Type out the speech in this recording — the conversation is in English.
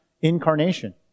incarnation